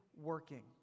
working